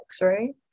right